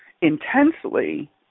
intensely